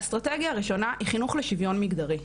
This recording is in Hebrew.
האסטרטגיה הראשונה היא החינוך לשוויון מגדרי.